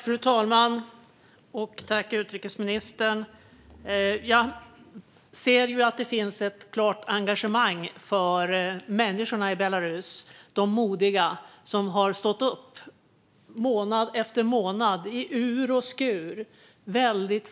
Fru talman! Jag ser att det finns ett tydligt engagemang för människorna i Belarus, de modiga som månad efter månad i ur och skur